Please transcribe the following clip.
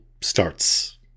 starts